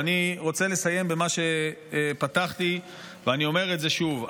ואני רוצה לסיים במה שפתחתי, ואני אומר את זה שוב.